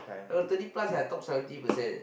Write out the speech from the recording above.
I got thirty plus I top seventy percent eh